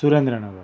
Surendranagar